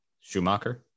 Schumacher